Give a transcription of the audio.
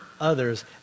others